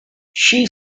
she